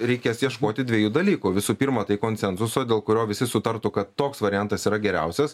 reikės ieškoti dviejų dalykų visų pirma tai konsensuso dėl kurio visi sutartų kad toks variantas yra geriausias